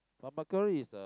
but mackerel is a